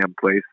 place